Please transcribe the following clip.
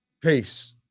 Peace